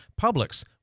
Publix